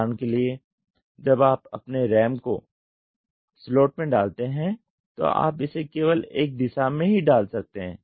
उदाहरण के लिए जब आप अपने RAM को स्लॉट में डालते हैं तो आप इसे केवल एक दिशा में ही डाल सकते हैं